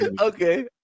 okay